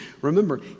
remember